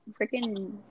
freaking